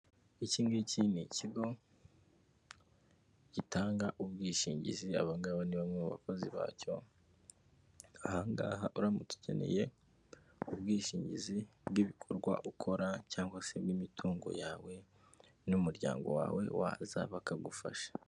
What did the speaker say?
Iki ngiki ni ikigo gitanga ubwishingizi, aba ngaba ni bamwe mu bakozi bacyo, aha ngaha uramutse ukeneye ubwishingizi bw'ibikorwa ukora cyangwa se bw'imitungo yawe n'umuryango wawe waza bakagufasha.